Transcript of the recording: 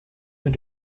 were